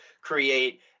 create